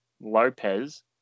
Lopez